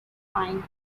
fine